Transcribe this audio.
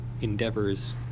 endeavors